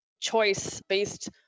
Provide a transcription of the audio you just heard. choice-based